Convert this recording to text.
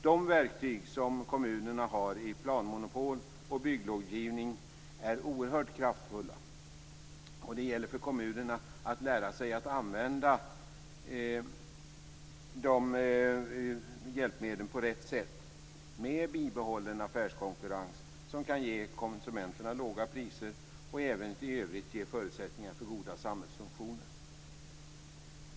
De verktyg som kommunerna har i planmonopol och bygglovgivning är oerhört kraftfulla, och det gäller för kommunerna att lära sig att använda de hjälpmedlen på rätt sätt, med bibehållen affärskonkurrens som kan ge konsumenterna låga priser och även i övrigt förutsättningar för goda samhällsfunktioner.